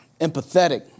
empathetic